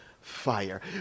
fire